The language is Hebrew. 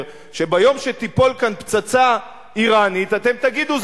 שביום שתיפול כאן פצצה אירנית אתם תגידו,